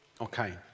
Okay